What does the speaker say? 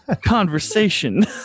Conversation